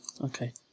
Okay